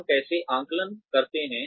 हम कैसे आकलन करते हैं